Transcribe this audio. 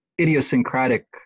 idiosyncratic